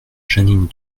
jeanine